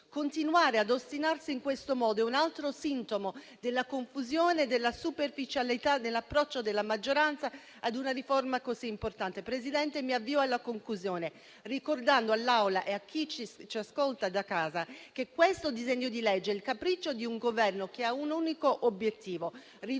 Continuare ad ostinarsi in questo modo è un altro sintomo della confusione e della superficialità nell'approccio della maggioranza ad una riforma così importante. Signora Presidente, mi avvio alla conclusione, ricordando all'Aula e a chi ci ascolta da casa che questo disegno di legge è il capriccio di un Governo che ha un unico obiettivo: ridurre la